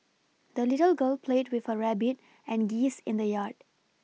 the little girl played with her rabbit and geese in the yard